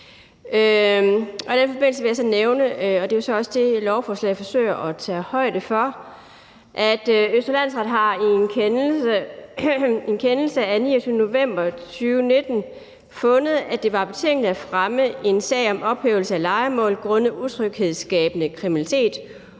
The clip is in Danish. den forbindelse vil jeg så nævne – og det er så også det, lovforslaget forsøger at tage højde for – at Østre Landsret i en kendelse af 29. november 2019 har fundet, at det var betænkeligt at fremme en sag om ophævelse af lejemål grundet utryghedsskabende kriminalitet.